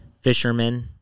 fishermen